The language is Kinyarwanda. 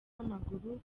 w’amaguru